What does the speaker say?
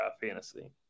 fantasy